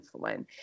insulin